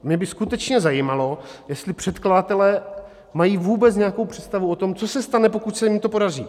Mě by skutečně zajímalo, jestli předkladatelé mají vůbec nějakou představu o tom, co se stane, pokud se jim to podaří.